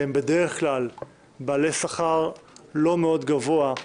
והם בדרך כלל בעלי שכר לא מאוד גבוה,